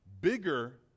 bigger